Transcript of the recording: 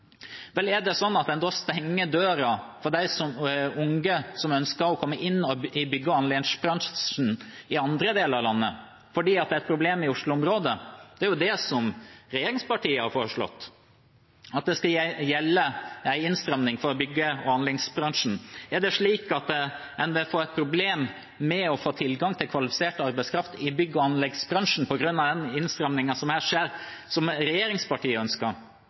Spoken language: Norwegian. Er det sånn at man stenger døra for unge som ønsker å komme inn i bygg- og anleggsbransjen i andre deler av landet, fordi det er et problem i Oslo-området? Det er jo det regjeringspartiene har foreslått, at innstrammingen skal gjelde for bygg- og anleggsbransjen. Er det slik at en vil få et problem med å få tilgang til kvalifisert arbeidskraft i bygg- og anleggsbransjen på grunn av den innstrammingen som her skjer, og som regjeringspartiene ønsker?